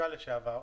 החשב הכללי לשעבר: